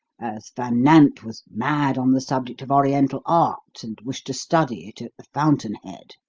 as van nant was mad on the subject of oriental art, and wished to study it at the fountain-head.